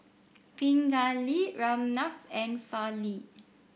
Pingali Ramnath and Fali